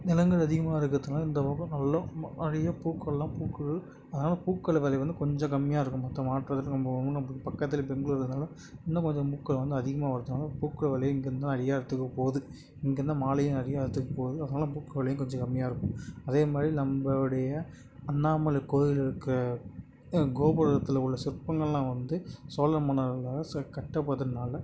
நிலங்கள் அதிகமாக இருக்கிறதுனால இந்த பக்கம் நல்ல நிறையா பூக்கள் எல்லாம் பூக்குது அதனால் பூக்கள் வில வந்து கொஞ்சம் கம்மியாக இருக்கும் மற்ற மாவட்டத்தை நம்ப பக்கத்தில் பெங்களூரு இருக்கிறதால இன்னும் கொஞ்சம் பூக்கள் வந்து அதிகமாக வரதுனால பூக்கள் இங்கேருந்து தான் நிறையா இடத்துக்கு போகுது இங்கேருந்து மாலையும் நிறையா இடத்துக்கு போகுது அதனால பூக்கள் விலையும் கொஞ்சம் கம்மியாக இருக்கும் அதேமாதிரி நம்பளுடைய அண்ணாமலை கோயில் இருக்க கோபுரத்தில் உள்ள சிற்பங்கள் எல்லாம் வந்து சோழ மன்னர்களால் செ கட்டப்பட்டதுனால